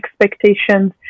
expectations